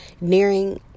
nearing